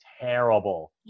terrible